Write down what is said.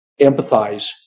empathize